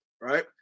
Right